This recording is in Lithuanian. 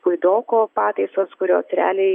puidoko pataisos kurios realiai